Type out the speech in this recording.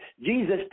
Jesus